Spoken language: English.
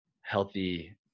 healthy